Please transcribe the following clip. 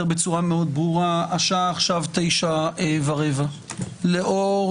בצורה מאוד ברורה: השעה עכשיו 9:15. לאור